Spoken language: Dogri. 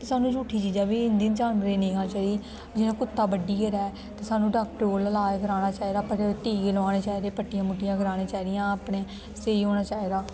सानू झूठी चिजा बी जानवरे दियां नेई खाने चाहिदी जियां कुत्ता बड्ढी गेदा ऐ ते सानू डाॅक्टरे कोला इलाज कराना चाहिदा टीके लुआने चाहिदे पट्टियां कराने चाहिदियां अपने स्हेई होना चाहिदा